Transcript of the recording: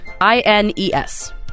I-N-E-S